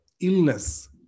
illness